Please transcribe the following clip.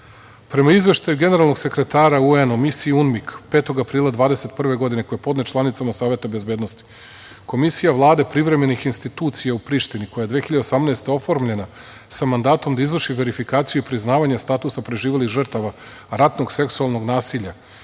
prema Izveštaju generalnog sekretara UN u Misiji UNMIK 5. aprila 2021. godine, koji je podnet članicama Saveta bezbednosti, Komisija Vlade privremenih institucija u Prištini, koja je 2018. godine oformljena sa mandatom da izvrši verifikaciju i priznavanje statusa preživelih žrtava ratnog seksualnog nasilja,